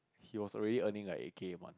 he was already earning like eight K a month